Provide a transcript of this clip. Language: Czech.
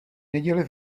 neděli